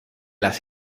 las